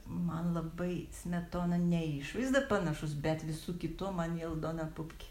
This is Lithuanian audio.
man labai smetona ne išvaizda panašus bet visu kitu man į aldoną pupkį